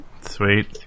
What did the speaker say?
Sweet